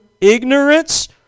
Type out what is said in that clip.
ignorance